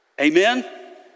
Amen